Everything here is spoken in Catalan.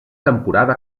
temporada